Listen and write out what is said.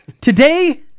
Today